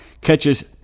catches